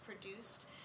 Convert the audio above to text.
produced